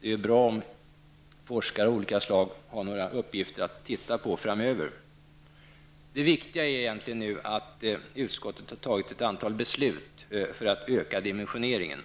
Det är bra om forskare av olika slag har några uppgifter att titta på framöver. Det viktiga är egentligen nu att utskottet har fattat ett antal beslut för att öka dimensioneringen.